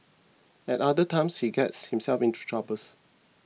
at other times he gets himself into troubles